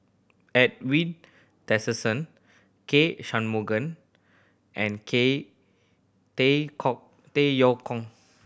Edwin Tessensohn K Shanmugam and Tay Yong Kwang